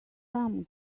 some